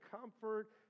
comfort